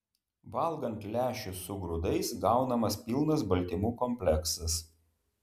valgant lęšius su grūdais gaunamas pilnas baltymų kompleksas